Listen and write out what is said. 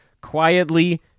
quietly